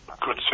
good